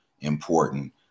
important